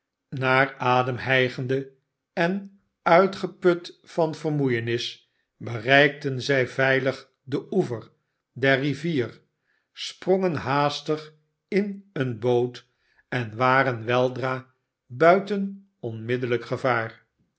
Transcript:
naar adem hijgende en uitgeput van vermoeienis bereikten zij veilig den oever der rivier sprongen haastig in eene boot en waren weldra buiten onmiddellijk gevaar